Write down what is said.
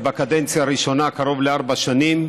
בקדנציה הראשונה קרוב לארבע שנים,